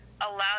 allow